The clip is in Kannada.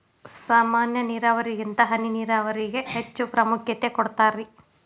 ಸಾಮಾನ್ಯ ನೇರಾವರಿಗಿಂತ ಹನಿ ನೇರಾವರಿಗೆ ಹೆಚ್ಚ ಪ್ರಾಮುಖ್ಯತೆ ಕೊಡ್ತಾರಿ